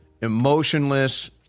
emotionless